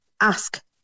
Ask